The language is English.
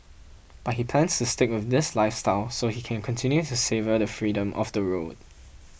but he plans to stick with this lifestyle so he can continue to savour the freedom of the road